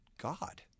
God